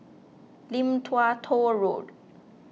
Lim Tua Tow Road